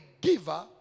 giver